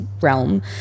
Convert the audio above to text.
realm